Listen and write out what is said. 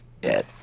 dead